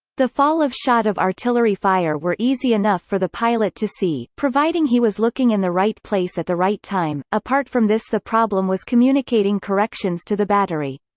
the fall of shot of artillery fire were easy enough for the pilot to see, providing he was looking in the right place at the right time apart from this the problem was communicating corrections to the battery.